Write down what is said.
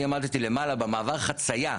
אני עמדתי למעלה, במעבר החציה,